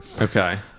Okay